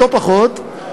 לא פחות,